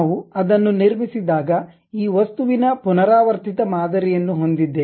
ನಾವು ಅದನ್ನು ನಿರ್ಮಿಸಿದಾಗ ಈ ವಸ್ತುವಿನ ಪುನರಾವರ್ತಿತ ಮಾದರಿಯನ್ನು ಹೊಂದಿದ್ದೇವೆ